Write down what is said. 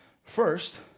First